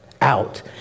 out